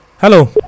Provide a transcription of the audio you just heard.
hello